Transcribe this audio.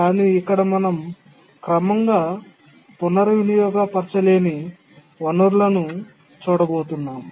కానీ ఇక్కడ మనం క్రమంగా పునర్వినియోగపరచలేని వనరులను చూడబోతున్నాం